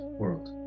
world